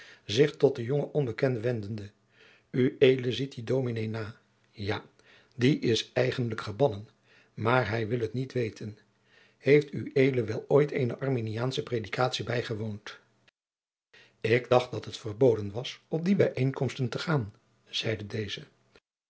zich tot den jongen onbekende wendende ued ziet dien dominé na ja die is eigenlijk gebannen maar hij wil t niet weten heeft ued wel ooit eene arminiaansche predikatie bijgewoond ik dacht dat het verboden was op die bijeenkomsten te gaan zeide deze